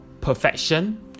perfection